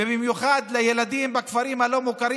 ובמיוחד לילדים בכפרים הלא-מוכרים.